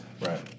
Right